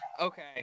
Okay